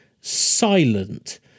silent